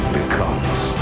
becomes